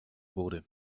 wurde